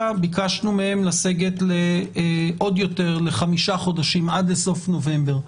ביקשנו לסגת ל-5 חודשים עד לסוף נובמבר.